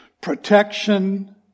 protection